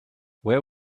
where